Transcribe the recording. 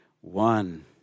one